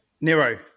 Nero